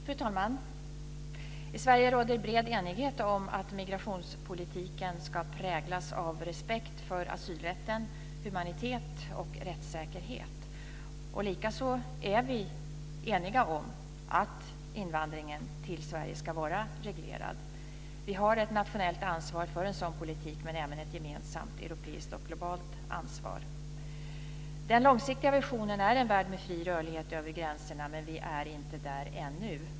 Fru talman! I Sverige råder bred enighet om att migrationspolitiken ska präglas av respekt för asylrätten, humanitet och rättssäkerhet. Likaså är vi eniga om att invandringen till Sverige ska vara reglerad. Vi har ett nationellt ansvar för en sådan politik, men även ett gemensamt europeiskt och globalt ansvar. Den långsiktiga visionen är en värld med fri rörlighet över gränserna, men vi är inte där ännu.